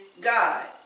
God